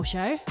show